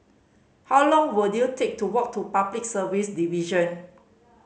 how long will you take to walk to Public Service Division